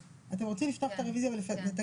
נפלה.